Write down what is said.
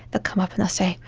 they'll come up and they'll say,